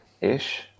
ish